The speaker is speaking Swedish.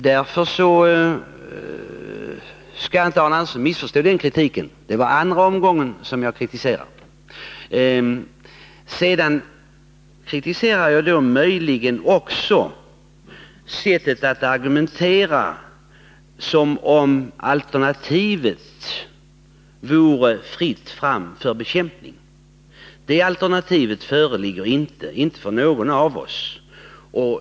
Därför skall Arne Andersson i Ljung inte missförstå den kritiken. Det var den andra omgången som jag kritiserade. Se Vidare kritiserade jag i viss mån också sättet att argumentera som om alternativet vore fritt fram för bekämpning. Det alternativet föreligger inte för någon av oss.